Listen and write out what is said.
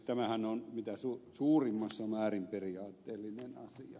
tämähän on mitä suurimmassa määrin periaatteellinen asia